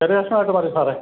ചെറിയ കക്ഷണം ആയിട്ട് മതി സാറേ